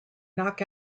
knock